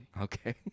Okay